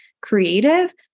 creative